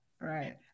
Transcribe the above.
right